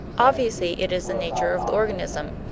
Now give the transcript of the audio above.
obviously, it is the nature of the organism,